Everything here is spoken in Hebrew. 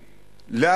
אלפים.